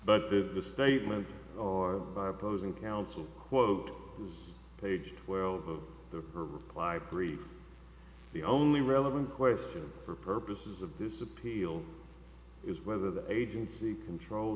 did the statement or by opposing counsel quote page twelve of the reply brief the only relevant question for purposes of this appeal is whether the agency controlled